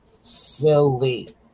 Silly